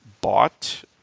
bought